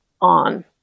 on